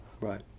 Right